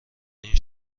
این